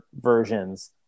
versions